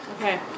Okay